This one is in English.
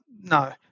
no